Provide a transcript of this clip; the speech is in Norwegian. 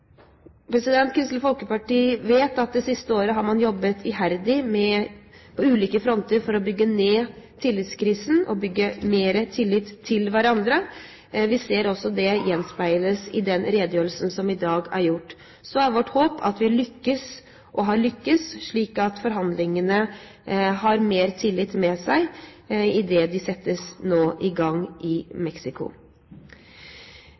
Kristelig Folkeparti vet at man i det siste året har jobbet iherdig på ulike fronter for å bygge ned tillitskrisen og bygge opp mer tillit til hverandre. Vi ser også at det gjenspeiles i dagens redegjørelse. Så er vårt håp at vi har lyktes, slik at forhandlingene har mer tillit med seg idet de nå settes i gang i